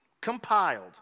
compiled